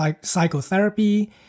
psychotherapy